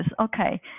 okay